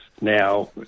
now